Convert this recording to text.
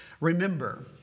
Remember